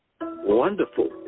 Wonderful